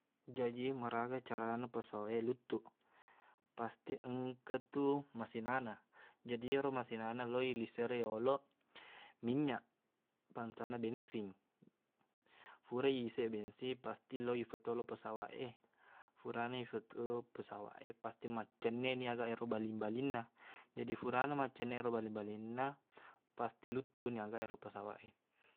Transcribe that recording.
Jaji maraga carana pesawat e luttuq pasti engkatu masinana jaji iyero masinana lao i liseri yoloq minyak bangsana bensing fura iseq bensing pasti lo ifatolo pesawat e furana ifatou pesawat e pasti maccenneqni aga ero baling-balinna jaji furana maccenneq ero baling-balinna pasti luttuqni aga ero pesawat e